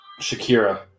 Shakira